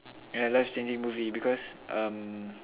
a life changing movie because um